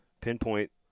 pinpoint